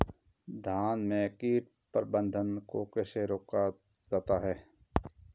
धान में कीट प्रबंधन को कैसे रोका जाता है?